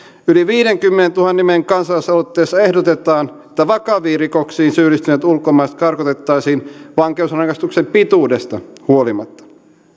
yli viidenkymmenentuhannen nimen kansalaisaloitteessa ehdotetaan että vakaviin rikoksiin syyllistyneet ulkomaalaiset karkotettaisiin vankeusrangaistuksen pituudesta huolimatta